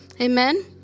Amen